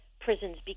prisons